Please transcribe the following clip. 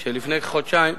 כשלפני חודשיים,